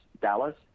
Dallas